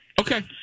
Okay